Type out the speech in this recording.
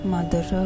Mother